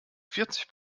vierzig